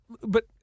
But-